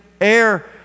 air